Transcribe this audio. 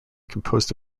composed